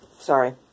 sorry